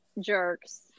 jerks